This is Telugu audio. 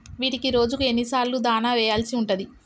వీటికి రోజుకు ఎన్ని సార్లు దాణా వెయ్యాల్సి ఉంటది?